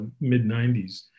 mid-90s